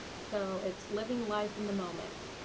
so it's living life in the moment.